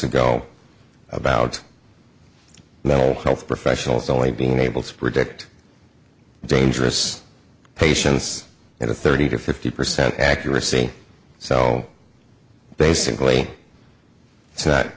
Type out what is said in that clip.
ago about mental health professionals only being able to predict dangerous patients and a thirty to fifty percent accuracy so basically it's not